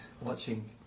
Watching